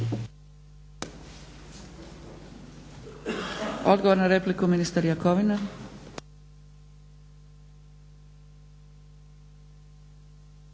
Odgovor na repliku, ministar Jakovina.